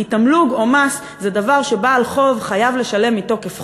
כי תמלוג או מס זה דבר שבעל חוב חייב לשלם מתוקף חוק.